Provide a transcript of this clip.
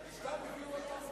סתם הביאו אותם?